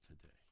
today